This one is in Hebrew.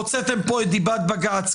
הוצאתם פה את דיבת בג"ץ,